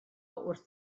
wrth